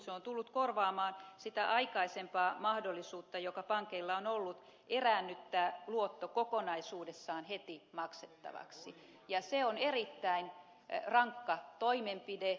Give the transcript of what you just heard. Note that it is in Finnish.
se on tullut korvaamaan sitä aikaisempaa mahdollisuutta joka pankeilla on ollut eräännyttää luotto kokonaisuudessaan heti maksettavaksi ja se on erittäin rankka toimenpide